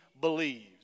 believed